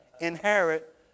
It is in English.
inherit